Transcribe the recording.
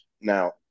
Now